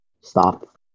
Stop